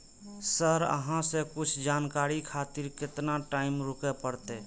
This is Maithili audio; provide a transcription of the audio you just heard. सर अहाँ से कुछ जानकारी खातिर केतना टाईम रुके परतें?